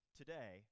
today